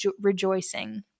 rejoicing